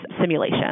simulation